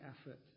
effort